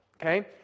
okay